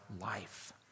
life